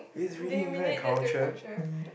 they relate that to culture